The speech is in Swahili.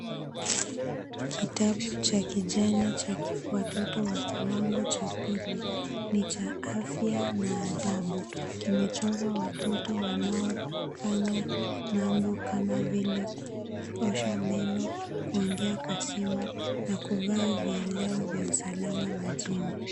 Kitabu cha kijani cha watoto wa kiwango cha pili ni cha afya na adabu. Kimechorwa watoto wanaokanya mambo kama vile kuosha meno, kuongea kwa simu na kuvaa vieleo vya usalama majini.